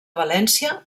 valència